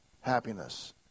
happiness